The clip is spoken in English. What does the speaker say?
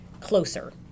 closer